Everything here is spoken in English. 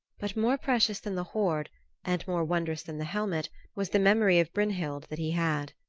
but more precious than the hoard and more wondrous than the helmet was the memory of brynhild that he had.